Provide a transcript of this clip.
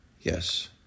Yes